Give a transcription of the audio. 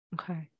Okay